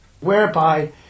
whereby